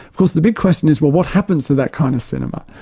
of course the big question is well what happens to that kind of cinema?